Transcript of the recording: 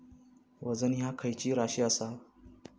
वजन ह्या खैची राशी असा?